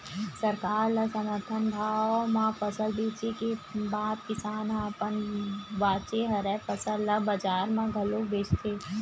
सरकार ल समरथन भाव म फसल बेचे के बाद किसान ह अपन बाचे हरय फसल ल बजार म घलोक बेचथे